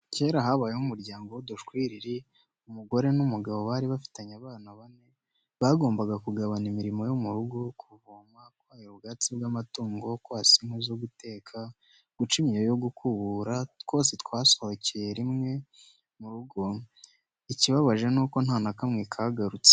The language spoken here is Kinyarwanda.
Kera habayeho umuryango w'udushwiriri, umugabo n'umugore bari bafite abana bane, bagombaga kugabana imirimo yo mu rugo, kuvoma, kwahira ubwatsi bw'amatungo, kwasa inkwi zo guteka, guca imyeyo yo gukubura, twose twasohokeye rimwe mu rugo, ikibabaje nuko nta na kamwe kagarutse.